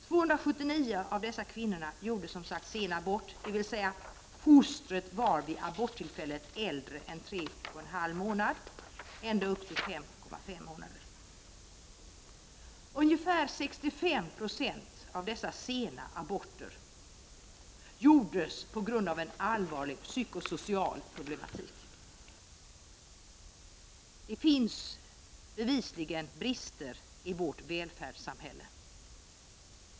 279 av dessa kvinnor gjorde sen abort, dvs. fostret var vid aborttillfället äldre än 3,5 månader — ända upp till 5,5 månader. Ungefär 65 Jo av dessa sena aborter utfördes på grund av en allvarlig psykosocial problematik. Det finns bevisligen brister i vårt välfärdssamhälle.